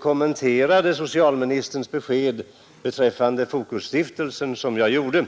kommenterade socialministerns besked beträffande Fokusstiftelsen på det sätt jag gjorde.